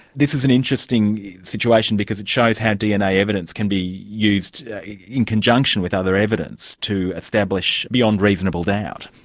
this was an interesting situation because it showed how dna evidence can be used in conjunction with other evidence to establish beyond reasonable doubt.